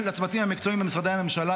לצוותים המקצועיים במשרדי הממשלה,